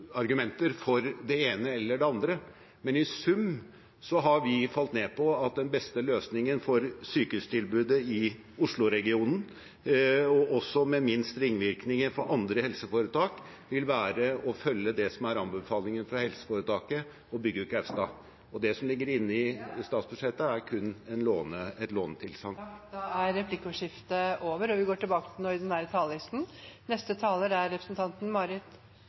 argumenter for det ene eller det andre, men i sum har vi falt ned på at den beste løsningen for sykehustilbudet i Oslo-regionen, også den med minst ringvirkninger for andre helseforetak, vil være å følge det som er anbefalingen fra helseforetaket: å bygge ut Gaustad. Og det som ligger inne i statsbudsjettet, er kun et lånetilsagn. I en finansdebatt skal vi